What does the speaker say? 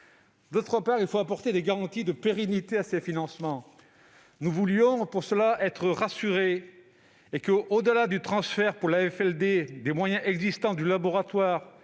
Ensuite, il faut apporter des garanties quant à la pérennité de ces financements. Nous voulions pour cela être assurés que, au-delà du transfert par l'AFLD des moyens existants du laboratoire